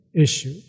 issue